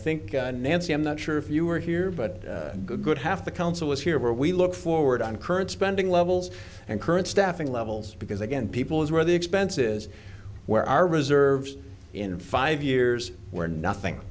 think nancy i'm not sure if you were here but good half the council is here we look forward on current spending levels and current staffing levels because again people is where the expense is where our reserves in five years were nothing